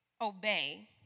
obey